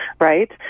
right